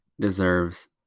Deserves